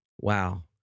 Wow